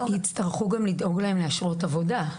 יצטרכו גם לדאוג להן לאשרות עבודה.